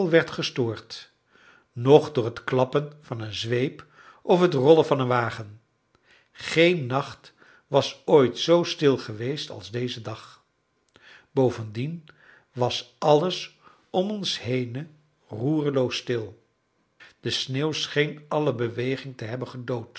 werd gestoord noch door het klappen van een zweep of het rollen van een wagen geen nacht was ooit zoo stil geweest als deze dag bovendien was alles om ons henen roerloos stil de sneeuw scheen alle beweging te hebben gedood